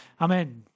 Amen